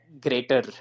greater